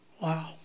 Wow